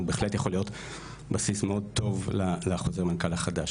בהחלט יכול להיות בסיס מאוד טוב לחוזר המנכ"ל החדש.